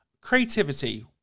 creativity